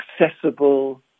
accessible